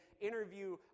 interview